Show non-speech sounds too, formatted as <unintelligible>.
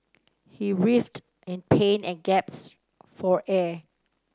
he writhed in pain and <unintelligible> for air